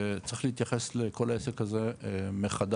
וצריך להתייחס לכל העסק הזה מחדש.